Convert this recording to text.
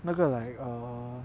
那个 like err